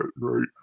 right